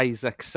Isaac